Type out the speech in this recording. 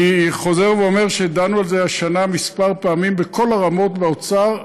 אני חוזר ואומר שדנו על זה השנה כמה פעמים בכל הרמות באוצר.